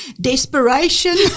desperation